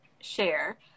share